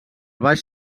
baix